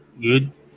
Good